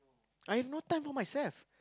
I have no time for myself